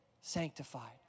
sanctified